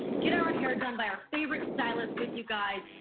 get our hair done by our favorite stylist with you guys,